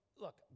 look